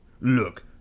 Look